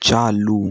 चालू